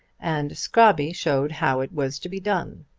and scrobby showed how it was to be done.